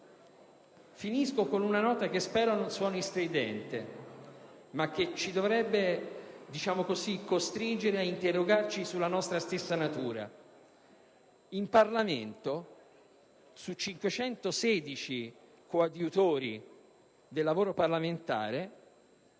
Termino con una nota che spero non suoni stridente, ma che ci dovrebbe costringere ad interrogarci sulla nostra stessa natura: in Parlamento, su 516 coadiutori del lavoro parlamentare,